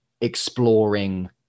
exploring